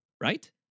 right